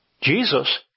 Jesus